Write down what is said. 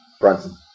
Brunson